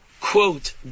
quote